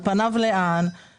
על פניו לאן.